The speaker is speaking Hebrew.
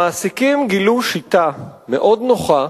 המעסיקים גילו שיטה מאוד נוחה